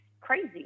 crazy